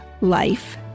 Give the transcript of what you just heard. life